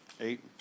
eight